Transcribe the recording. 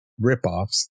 ripoffs